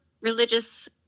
religious